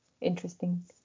interesting